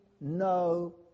no